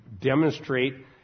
demonstrate